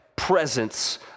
presence